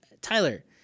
Tyler